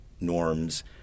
norms